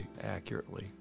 accurately